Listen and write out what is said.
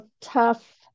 tough